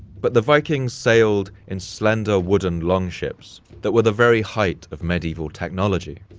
but the vikings sailed in slender, wooden long ships that were the very height of medieval technology.